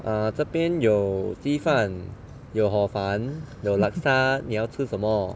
err 这边有鸡饭有 hor fun 有 laksa 你要吃什么